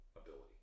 ability